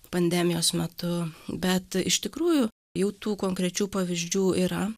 pandemijos metu bet iš tikrųjų jau tų konkrečių pavyzdžių yra